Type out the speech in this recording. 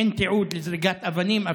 ואין אפילו תיעוד לזריקת אבנים,